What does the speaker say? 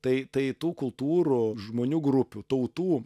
tai tai tų kultūrų žmonių grupių tautų